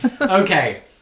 Okay